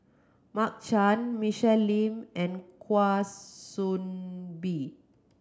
Mark Chan Michelle Lim and Kwa Soon Bee